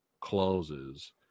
closes